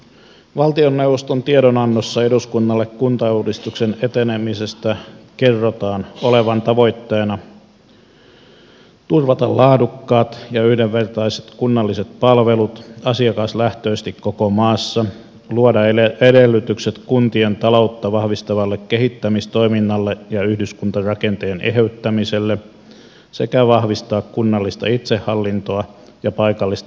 valtioneuvoston tiedonannossa eduskunnalle kuntauudistuksen etenemisestä kerrotaan olevan tavoitteena turvata laadukkaat ja yhdenvertaiset kunnalliset palvelut asiakaslähtöisesti koko maassa luoda edellytykset kuntien taloutta vahvistavalle kehittämistoiminnalle ja yhdyskuntarakenteen eheyttämiselle sekä vahvistaa kunnallista itsehallintoa ja paikallista demokratiaa